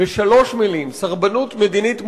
בשלוש מלים: סרבנות מדינית מוחלטת,